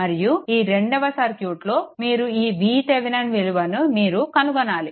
మరియు ఈ రెండవ సర్క్యూట్లో మీరు ఈ VThevenin విలువను మీరు కనుగొనాలి